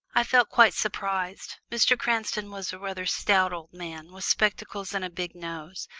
i felt quite surprised. mr. cranston was a rather stout old man, with spectacles and a big nose.